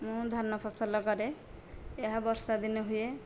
ମୁଁ ଧାନ ଫସଲ କରେ ଏହା ବର୍ଷ ଦିନେ ହୁଏ